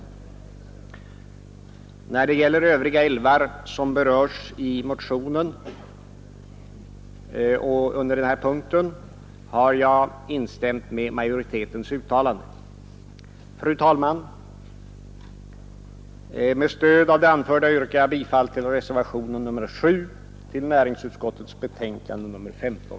Torsdagen den När det gäller övriga älvar som berörs i motionen och under den här 13 april 1972 punkten, har jag instämt med majoritetens uttalande. Fru talman! Med stöd av det anförda yrkar jag bifall till reservationen 7 till näringsutskottets betänkande nr 15.